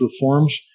reforms